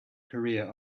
korea